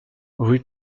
rue